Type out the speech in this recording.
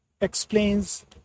explains